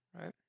right